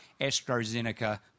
AstraZeneca